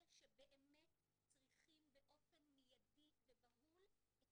אלה שבאמת צריכים באופן מיידי ובהול את